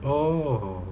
oh